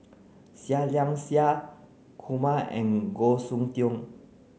Seah Liang Seah Kumar and Goh Soon Tioe